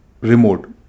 remote